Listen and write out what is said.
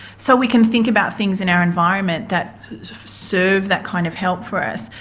so we can think about things in our environment that serve that kind of help for us.